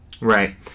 Right